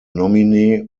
nominee